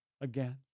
again